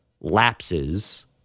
lapses